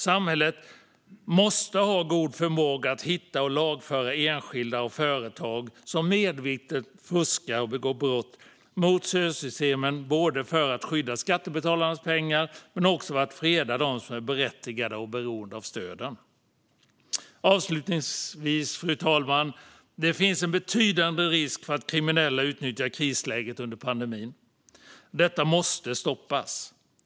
Samhället måste ha god förmåga att hitta och lagföra enskilda och företag som medvetet fuskar och begår brott mot stödsystemen, både för att skydda skattebetalarnas pengar och för att freda dem som är berättigade och beroende av stöden. Avslutningsvis, fru talman: Det finns en betydande risk för att kriminella utnyttjar krisläget under pandemin. Detta måste stoppas.